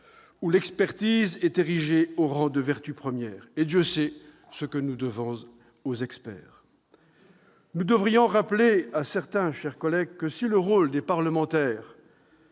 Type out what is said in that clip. où l'expertise est érigée au rang de vertu première. Et Dieu sait ce que nous devons aux experts ... Nous devrions rappeler à certains, mes chers collègues, que si le rôle des parlementaires